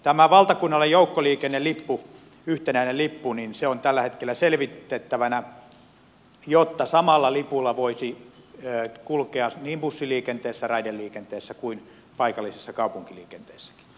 tämä valtakunnallinen joukkoliikennelippu yhtenäinen lippu on tällä hetkellä selvitettävänä jotta samalla lipulla voisi kulkea niin bussiliikenteessä raideliikenteessä kuin paikallisessa kaupunkiliikenteessäkin